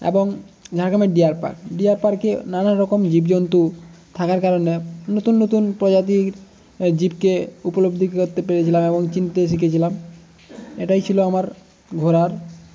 এবং ঝাড়গ্রামের deer park deer পার্কে নানারকম জীবজন্তু থাকার কারণে নতুন নতুন প্রজাতির জীবকে উপলব্ধি করতে পেরেছিলাম এবং চিনতে শিখেছিলাম এটাই ছিল আমার ঘোরার